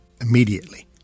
immediately